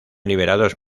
liberados